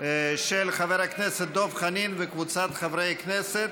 של חבר הכנסת דב חנין וקבוצת חברי הכנסת.